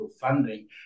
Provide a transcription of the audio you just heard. funding